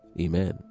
amen